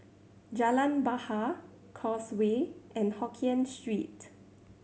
Jalan Bahar Causeway and Hokien Street